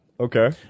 Okay